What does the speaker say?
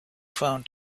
found